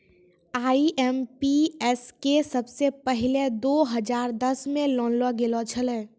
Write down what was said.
IMPS के सबसे पहिलै दो हजार दसमे लानलो गेलो छेलै